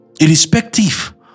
irrespective